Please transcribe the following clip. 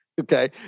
okay